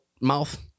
mouth